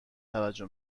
توجه